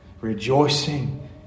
rejoicing